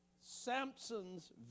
Samson's